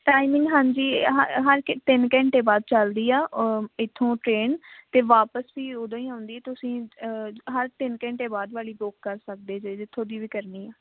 timing ਹਾਂਜੀ ਹਰ ਹਰ ਤਿੰਨ ਘੰਟੇ ਬਾਅਦ ਚੱਲਦੀ ਆ ਇੱਥੋਂ ਟਰੇਨ ਅਤੇ ਵਾਪਸ ਵੀ ਉਦੋਂ ਹੀ ਆਉਂਦੀ ਆ ਤੁਸੀਂ ਹਰ ਤਿੰਨ ਘੰਟੇ ਬਾਅਦ ਵਾਲੀ ਬੁੱਕ ਕਰ ਸਕਦੇ ਜੇ ਜਿੱਥੋਂ ਦੀ ਵੀ ਕਰਨੀ ਆ